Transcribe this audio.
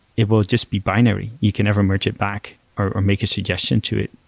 it will just be binary. you can never merge it back or make a suggestion to it.